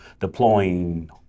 deploying